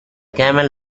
camel